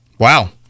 Wow